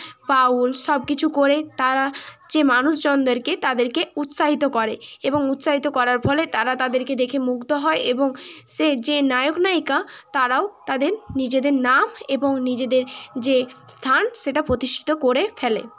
বাউল সব কিছু করে তারা যে মানুষজনদেরকে তাদেরকে উৎসাহিত করে এবং উৎসাহিত করার ফলে তারা তাদেরকে দেখে মুগ্ধ হয় এবং সে যে নায়ক নায়িকা তারাও তাদের নিজেদের নাম এবং নিজেদের যে স্থান সেটা প্রতিষ্ঠিত করে ফেলে